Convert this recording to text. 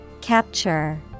Capture